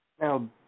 Now